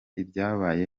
ibyabaye